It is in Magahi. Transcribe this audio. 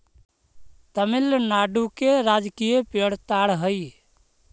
तमिलनाडु के राजकीय पेड़ ताड़ हई